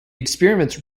experiments